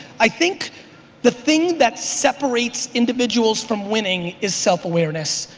i think the thing that separates individuals from winning is self-awareness.